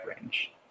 range